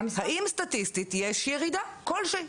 האם סטטיסטית יש ירידה כל שהיא?